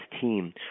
team